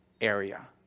area